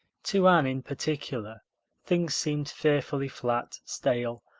to anne in particular things seemed fearfully flat, stale,